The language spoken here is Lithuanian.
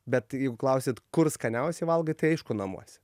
bet jeigu klausit kur skaniausiai valgai tai aišku namuose